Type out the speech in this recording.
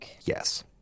Yes